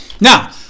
Now